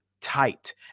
tight